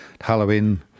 Halloween